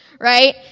right